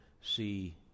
see